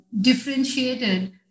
differentiated